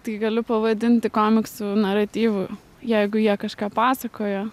tai galiu pavadinti komiksų naratyvu jeigu jie kažką pasakoja